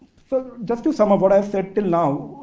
just to sum up, what i've said till now,